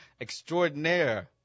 extraordinaire